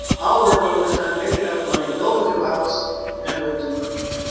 i'll work overtime, make enough money, build a new house and we'll do great.